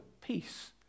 peace